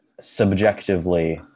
subjectively